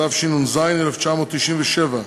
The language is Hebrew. התשנ"ז 1997,